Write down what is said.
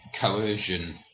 coercion